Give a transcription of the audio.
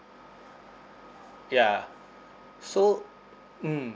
ya so mm